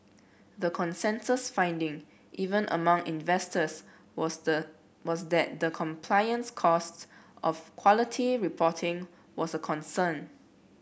the consensus finding even among investors was the was that the compliance costs of quality reporting was a concern